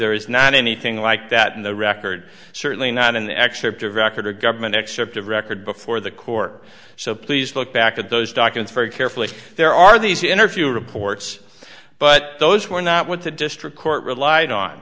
there is not anything like that in the record certainly not an excerpt of record or government excerpt of record before the court so please look back at those documents very carefully there are these interview reports but those were not what the district court relied on